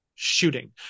Shooting